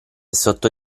sotto